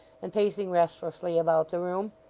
and pacing restlessly about the room.